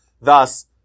Thus